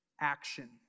action